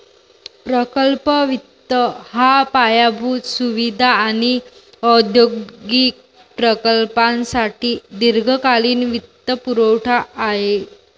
प्रकल्प वित्त हा पायाभूत सुविधा आणि औद्योगिक प्रकल्पांसाठी दीर्घकालीन वित्तपुरवठा आहे